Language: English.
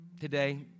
today